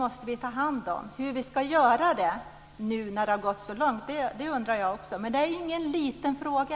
Jag undrar också hur vi ska göra det nu när det har gått så långt. Men det är ingen liten fråga.